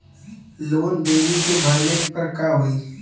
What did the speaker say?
Loan देरी से भरले पर का होई?